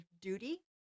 duty